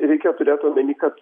reikia turėt omeny kad